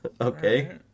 Okay